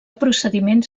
procediments